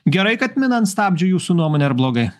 gerai kad mina ant stabdžių jūsų nuomone ar blogai